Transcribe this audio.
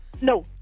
No